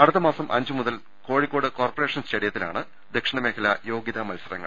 അടുത്ത മാസം അഞ്ച് മുതൽ കോഴിക്കോട് കോർപ്പറേഷൻ സ്റ്റേഡിയത്തിലാണ് ദക്ഷിണമേഖല യോഗൃതാ മത്സരങ്ങൾ